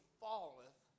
falleth